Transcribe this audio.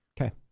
okay